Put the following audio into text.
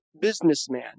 businessman